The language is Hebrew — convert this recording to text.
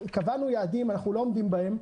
קבענו יעדים ואנחנו לא עומדים בהם.